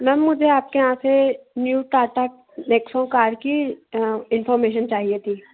ma'am मुझे आपके यहाँ से न्यू टाटा नेकसों कार की इनफार्मेशन चाहिए थी